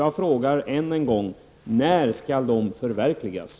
Jag frågar än en gång: När skall förslagen bli verklighet?